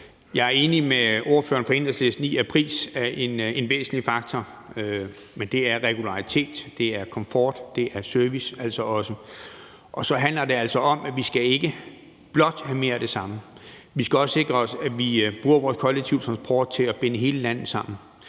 Jeg er enig med ordføreren for Enhedslisten i, at pris er en væsentlig faktor, men det er regularitet, komfort og service altså også. Og så handler det altså også om, at vi ikke blot skal have mere af det samme. Vi skal også sikre os, at vi bruger vores kollektive transport til at binde hele landet sammen.